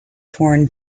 torn